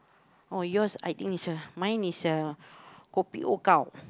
oh yours is I think is uh mine is uh kopi O gao